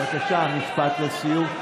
בבקשה, משפט לסיום.